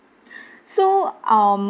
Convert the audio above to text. so um